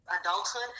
adulthood